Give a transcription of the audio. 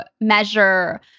measure